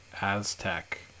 Aztec